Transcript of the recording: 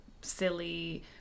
silly